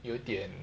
有点